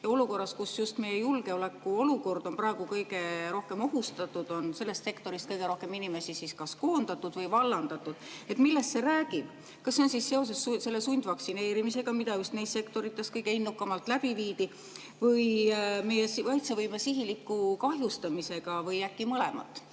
Olukorras, kus meie julgeolek on senisest rohkem ohustatud, on just sellest sektorist kõige rohkem inimesi kas koondatud või vallandatud. Millest see räägib? Kas see on seotud sundvaktsineerimisega, mida just neis sektorites kõige innukamalt läbi viidi, või meie kaitsevõime sihiliku kahjustamisega või äkki mõlemaga?